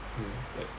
mm like